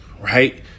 right